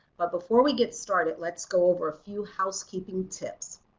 but before we get started let's go over a few housekeeping tips.